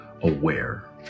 aware